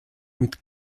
mit